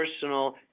personal